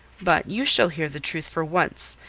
but you shall hear the truth for once,